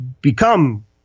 become